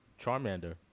Charmander